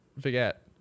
forget